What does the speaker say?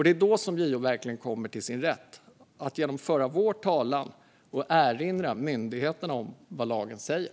Det är då som JO verkligen kommer till sin rätt genom att föra vår talan och erinra myndigheterna om vad lagen säger.